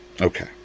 Okay